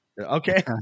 Okay